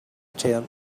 tent